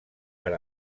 per